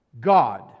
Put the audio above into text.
god